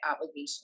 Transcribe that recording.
obligation